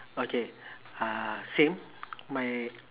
okay uh same my